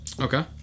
okay